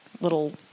little